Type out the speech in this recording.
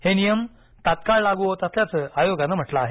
हे नियम तत्काळ लागू होत असल्याचं आयोगानं म्हटलं आहे